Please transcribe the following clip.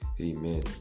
Amen